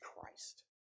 Christ